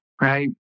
right